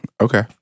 Okay